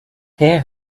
hear